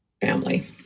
family